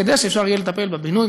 כדי שאפשר יהיה לטפל בבינוי,